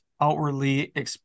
outwardly